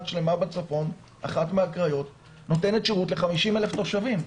הקריות בצפון ונותנת שירות ל-50,000 תושבים.